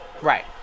Right